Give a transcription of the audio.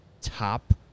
top